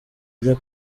ajya